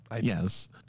Yes